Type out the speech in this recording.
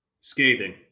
Scathing